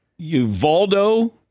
Uvaldo